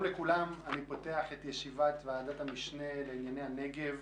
לפתוח את ישיבת ועדת המשנה לענייני הנגב.